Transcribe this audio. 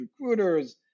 recruiters